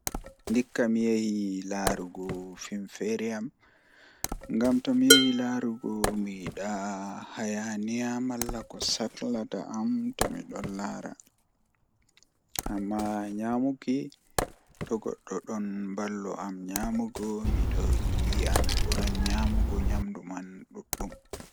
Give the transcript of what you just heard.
Ndikka mi yahi laarugo fim feere am, ngam tomi yahi laarugo mi yidaahayaniya malla ko saklata am to midon laara. Amma nyamuki to goddo don walla am nyamuki mi midon yia mi buran nyamugo nyamdu man duddum.